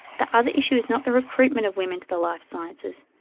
the other issue is not the recruitment of women to the life sciences,